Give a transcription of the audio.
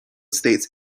states